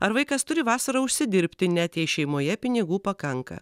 ar vaikas turi vasarą užsidirbti net jei šeimoje pinigų pakanka